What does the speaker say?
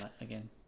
again